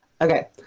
okay